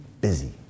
busy